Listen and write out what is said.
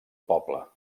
poble